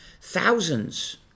Thousands